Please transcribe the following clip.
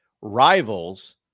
rivals